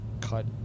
cut